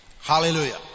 Hallelujah